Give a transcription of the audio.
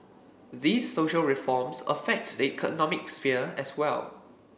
these social reforms affect the economic sphere as well